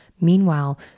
Meanwhile